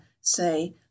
say